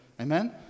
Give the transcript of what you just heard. Amen